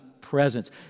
presence